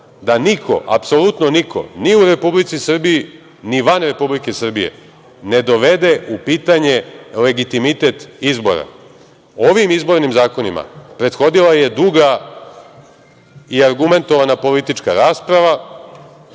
da niko, apsolutno niko, ni u Republici Srbiji, ni van Republike Srbije, ne dovede u pitanje legitimitet izbora. Ovim izbornim zakonima prethodila je duga i argumentovana politička rasprava.